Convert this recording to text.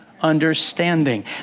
understanding